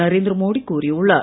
நரேந்திர மோடி கூறியுள்ளார்